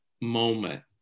moment